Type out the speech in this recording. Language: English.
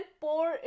pour